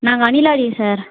நாங்கள் அணிலாடி சார்